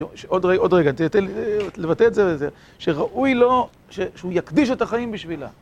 עוד רגע, תתן לי לבטא את זה, שראוי לו שהוא יקדיש את החיים בשבילה.